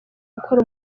gukora